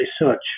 research